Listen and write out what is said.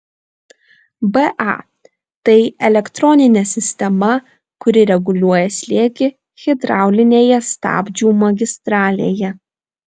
ba tai elektroninė sistema kuri reguliuoja slėgį hidraulinėje stabdžių magistralėje